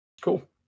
Cool